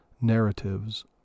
narratives